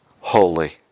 holy